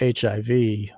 HIV